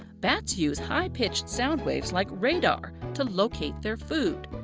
bats use high-pitched sound waves like radar to locate their food.